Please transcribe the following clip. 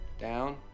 Down